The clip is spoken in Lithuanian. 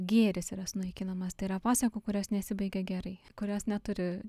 gėris yra sunaikinamas tai yra pasakų kurios nesibaigia gerai kurios neturi